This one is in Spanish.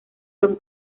son